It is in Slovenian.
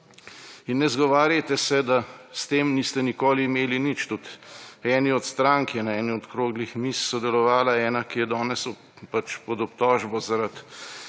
Ne izgovarjajte se, da s tem niste nikoli imeli nič, tudi od ene od strank je na eni od okroglih miz sodelovala ena, ki je danes pač pod obtožbo zaradi